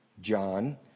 John